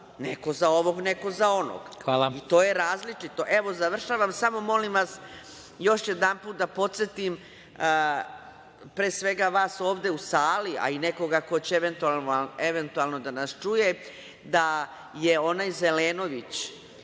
neko za ovog, neko za onog.(Predsedavajući: Hvala.)To je različito. Evo, završavam, samo molim vas još jedanput da podsetim, pre svega vas ovde u sali, a i nekoga ko će eventualno da nas čuje, da je onaj Zelenović,